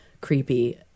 creepy